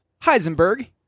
Heisenberg